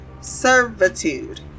servitude